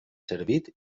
servit